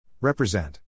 Represent